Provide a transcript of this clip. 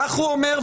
כך הוא אומר,